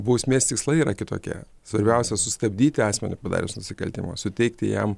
bausmės tikslai yra kitokie svarbiausia sustabdyti asmenį padarius nusikaltimą suteikti jam